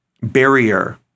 barrier